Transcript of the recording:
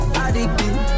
Addicted